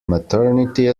maternity